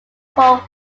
fort